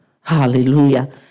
hallelujah